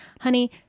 Honey